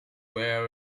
were